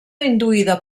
induïda